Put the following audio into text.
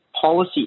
policy